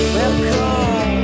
Welcome